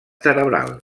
cerebral